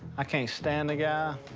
i can't stand the guy.